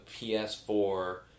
ps4